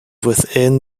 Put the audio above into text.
within